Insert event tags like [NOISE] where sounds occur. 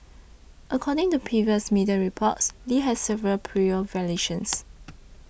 according to previous media reports Lee has several prior violations [NOISE]